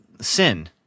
sin